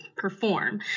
perform